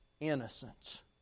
Innocence